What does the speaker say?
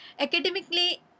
Academically